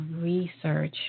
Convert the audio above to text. research